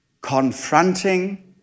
confronting